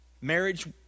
Marriage